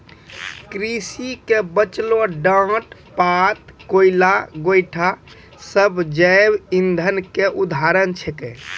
कृषि के बचलो डांट पात, कोयला, गोयठा सब जैव इंधन के उदाहरण छेकै